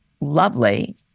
lovely